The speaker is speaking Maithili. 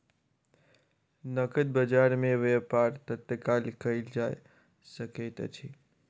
नकद बजार में व्यापार तत्काल कएल जा सकैत अछि